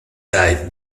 died